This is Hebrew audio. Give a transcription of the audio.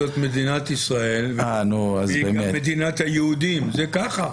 זאת מדינת ישראל והיא גם מדינת היהודים, זה ככה.